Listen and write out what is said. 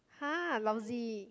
!huh! lousy